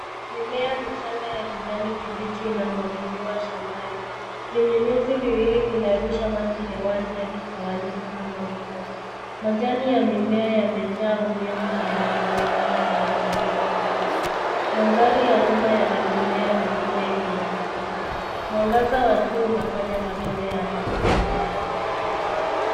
Mimea michanga ya kijani kibichi inamwagiliwa shambani. Vinyunyuzi viwili vinarusha maji hewani yakitawanyika kama mvua. Majani ya mimea yamejaa unyevu na yanaonekana yamechanua vizuri. Mandhari ya nyuma yana mimea mingine iliyofifia. Mwangaza wa jua unafanya matone ya maji yang'aye.